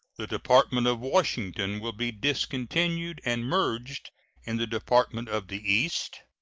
the department of washington will be discontinued and merged in the department of the east.